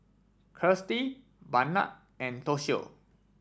Kirstie Barnard and Toshio